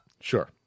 Sure